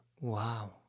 Wow